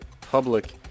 public